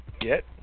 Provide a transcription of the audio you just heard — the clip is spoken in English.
get